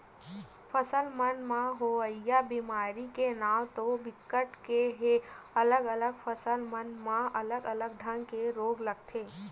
फसल मन म होवइया बेमारी के नांव तो बिकट के हे अलगे अलगे फसल मन म अलगे अलगे ढंग के रोग लगथे